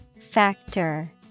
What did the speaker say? Factor